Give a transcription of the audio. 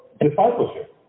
discipleship